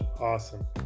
awesome